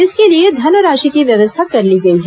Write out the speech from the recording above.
इसके लिए धनराशि की व्यवस्था कर ली गई है